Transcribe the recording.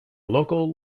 local